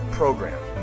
program